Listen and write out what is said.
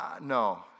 no